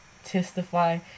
testify